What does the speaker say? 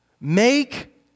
Make